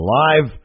live